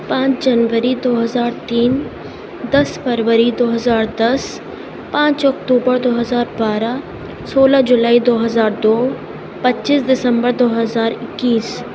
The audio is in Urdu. پانچ جنوری دو ہزار تین دس فروری دو ہزار دس پانچ اکتوبر دو ہزار بارہ سولہ جولائی دو ہزار دو پچیس دسمبر دو ہزار اکیس